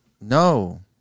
No